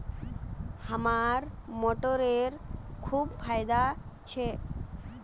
हरा मटरेर खूब फायदा छोक